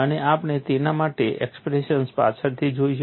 અને આપણે તેના માટેના એક્સપ્રેશન પાછળથી જોઈશું